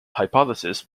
hypothesis